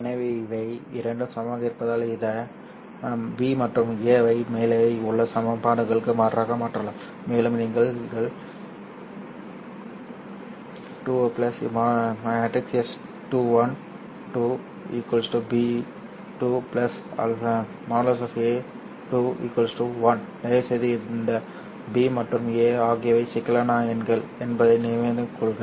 எனவே இவை இரண்டும் சமமாக இருப்பதால் இந்த b மற்றும் a ஐ மேலே உள்ள சமன்பாடுகளுக்கு மாற்றாக மாற்றலாம் மேலும் நீங்கள் | கள் 11 | 2 | s21 | 2 | b | 2 | a | 2 1 தயவுசெய்து இந்த b மற்றும் a ஆகியவை சிக்கலான எண்கள் என்பதை நினைவில் கொள்க